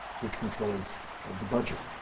which controls the budget.